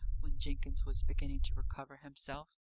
when jenkins was beginning to recover himself.